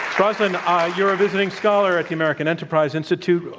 sort of and ah you're a visiting scholar at the american enterprise institute.